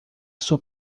sua